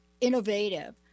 innovative